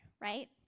right